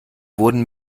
wurden